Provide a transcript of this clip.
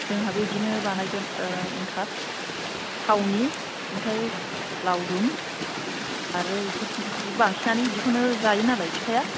जोंहाबो बिदिनो बानायगोन एनथाब थावनि ओमफ्राय लाउदुम आरो बेफोरखौनो बांसिनानो बिदिखौनो जायो नालाय फिथाया